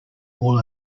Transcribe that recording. all